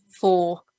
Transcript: Four